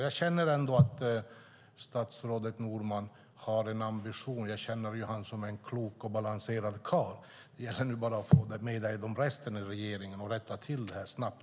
Jag känner ändå att statsrådet Norman har en ambition. Jag känner honom som en klok och balanserad karl. Det gäller nu bara att han får med sig resten i regeringen och rättar till det här snabbt.